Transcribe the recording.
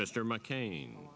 mr mccain